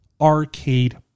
arcade